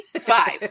Five